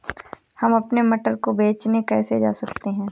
हम अपने मटर को बेचने कैसे जा सकते हैं?